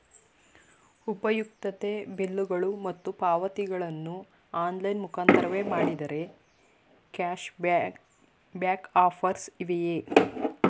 ಉಪಯುಕ್ತತೆ ಬಿಲ್ಲುಗಳು ಮತ್ತು ಪಾವತಿಗಳನ್ನು ಆನ್ಲೈನ್ ಮುಖಾಂತರವೇ ಮಾಡಿದರೆ ಕ್ಯಾಶ್ ಬ್ಯಾಕ್ ಆಫರ್ಸ್ ಇವೆಯೇ?